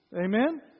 Amen